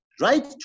right